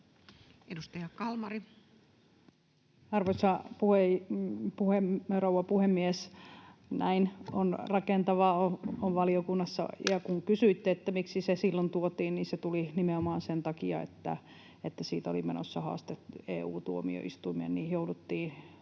Edustaja Kalmari. Arvoisa rouva puhemies! Näin on, on rakentavaa valiokunnassa. — Kun kysyitte, miksi se silloin tuotiin, niin se tuli nimenomaan sen takia, että siitä oli menossa haaste EU-tuomioistuimeen ja jouduttiin